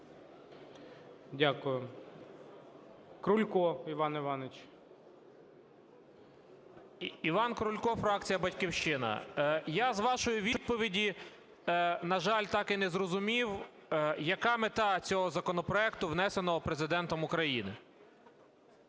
Дякую. Крулько Іван Іванович. 13:13:53 КРУЛЬКО І.І. Іван Крулько, фракція "Батьківщина". Я з вашої відповіді, на жаль, так і не зрозумів, яка мета цього законопроекту, внесеного Президентом України.